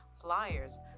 flyers